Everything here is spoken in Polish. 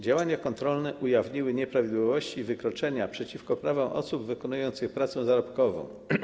Działania kontrolne ujawniły nieprawidłowości i wykroczenia przeciwko prawom osób wykonujących pracę zarobkową.